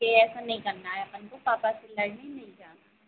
कि ऐसा नहीं करना है अपन को पापा से लड़ने नहीं जाना